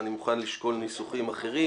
אני מוכן לשקול ניסוחים אחרים.